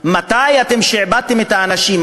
מתי שעבדתם את האנשים,